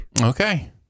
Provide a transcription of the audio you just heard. okay